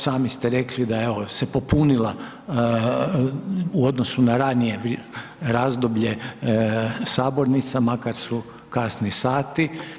Sami ste rekli da se popunila u odnosu na ranije razdoblje sabornica, makar su kasni sati.